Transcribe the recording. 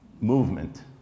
movement